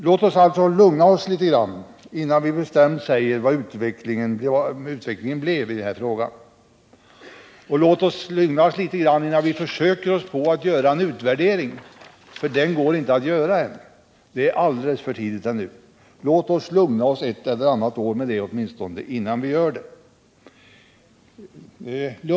Låt oss alltså lugna oss litet grand innan vi bestämt fastställer hur utvecklingen blivit i denna fråga, och låt oss även lugna oss litet innan vi försöker göra en utvärdering av saken, för den går inte att göra. Det är alldeles för tidigt ännu. Låt oss lugna oss ett eller annat år innan vi gör det.